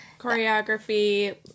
Choreography